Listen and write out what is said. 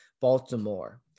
Baltimore